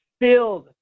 filled